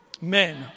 men